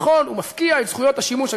נכון, הוא מפקיע את זכויות השימוש.